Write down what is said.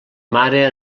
mare